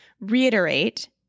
reiterate